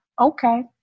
Okay